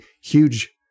huge